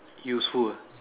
useful uh